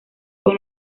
con